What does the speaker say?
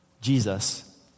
Jesus